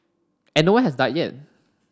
and no one has died yet